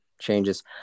changes